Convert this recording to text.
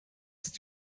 ist